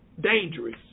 dangerous